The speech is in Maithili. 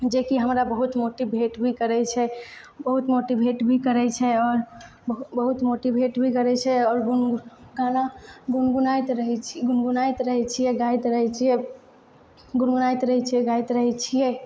जेकि हमरा बहुत मोटिवेट भी करैत छै बहुत मोटिवेट भी करैत छै आओर बहुत मोटिवेट भी करैत छै आओर गाना गुनगुनाबैत रहैत छियै गुनगुनाइत रहैत छियै गाबैत रहैत छियै गुनगुनाइत रहैत छियै गाबैत रहैत छियै